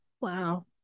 Wow